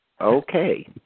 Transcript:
Okay